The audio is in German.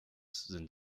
sind